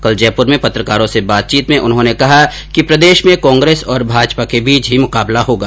कल जयपुर में पत्रकारों से बातचीत में उन्होंने कहा कि प्रदेश में कांग्रेस और भाजपा के बीच ही मुकाबला होगा